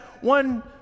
one